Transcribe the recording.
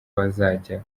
bazajya